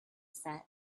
set